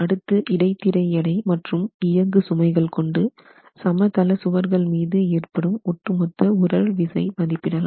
அடுத்து இடைத்திரை எடை மற்றும் இயங்கு சுமைகள் கொண்டு சமதள சுவர்கள் மீது ஏற்படும் ஒட்டு மொத்த உறழ் விசை மதிப்பிடலாம்